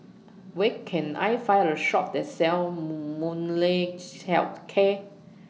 Where Can I Find A Shop that sells Health Care